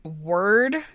word